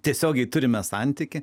tiesiogiai turime santykį